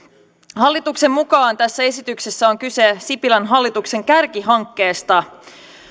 hallituksen mukaan tässä esityksessä on kyse sipilän hallituksen kärkihankkeesta